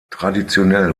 traditionell